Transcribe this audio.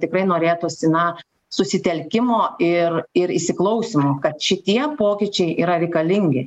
tikrai norėtųsi na susitelkimo ir ir įsiklausymo kad šitie pokyčiai yra reikalingi